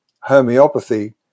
homeopathy